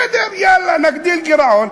בסדר, יאללה, נגדיל גירעון,